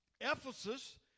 Ephesus